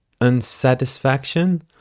unsatisfaction